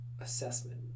assessment